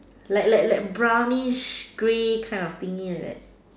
like like like brownish grey kind of thing like that